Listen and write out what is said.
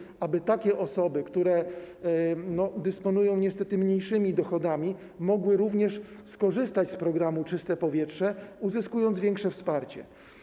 Chodzi o to, aby takie osoby, które dysponują niestety mniejszymi dochodami, mogły również skorzystać z programu „Czyste powietrze”, uzyskując większe wsparcie.